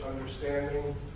understanding